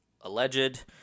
alleged